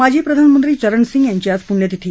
माजी प्रधानमंत्री चरणसिंग यांची आज पुण्यतिथी